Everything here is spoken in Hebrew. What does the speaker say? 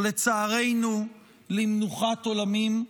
או לצערנו למנוחת עולמים,